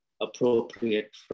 appropriate